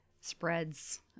spreads